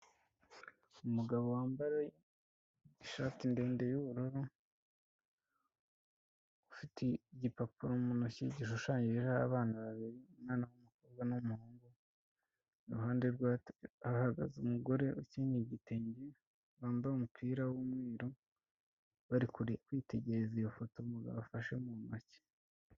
Umugabo wambaye ishati ndende y'ubururu, ufite igipapuro mu ntoki gishushanyijeho abana babiri, umwana w'umukobwa n'umuhungu, iruhande rwe hahagaze umugore ukenyeye igitenge wambaye umupira w'umweru bari kwitegereza iyo foto umugabo afashe mu ntoki.